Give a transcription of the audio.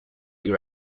your